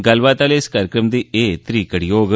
गल्लबात आहले इस कार्यक्रम दी ए त्री कड़ी होग